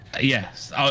Yes